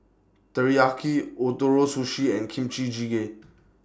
Teriyaki Ootoro Sushi and Kimchi Jjigae